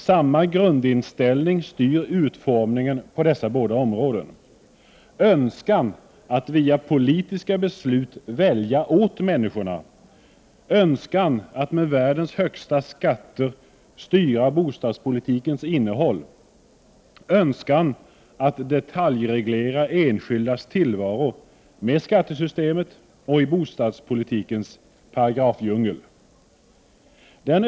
Samma grundinställning styr utformningen på dessa båda områden: önskan att via politiska beslut välja åt människorna, önskan att med världens högsta skatter styra bostadspolitikens innehåll, önskan att detaljreglera enskildas tillvaro med skattesystemet och i bostadspolitikens paragrafdjungel.